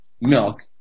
milk